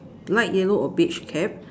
light yellow or beige cap